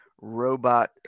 robot